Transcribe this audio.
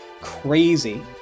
crazy